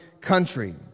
country